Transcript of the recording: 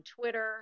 Twitter